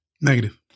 Negative